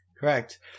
Correct